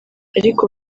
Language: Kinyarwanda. ariko